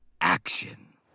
Action